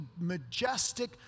majestic